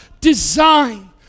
design